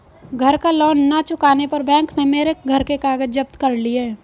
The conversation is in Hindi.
घर का लोन ना चुकाने पर बैंक ने मेरे घर के कागज जप्त कर लिए